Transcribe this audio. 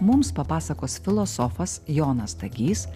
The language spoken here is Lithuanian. mums papasakos filosofas jonas dagys